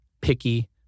picky